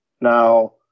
Now